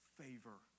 favor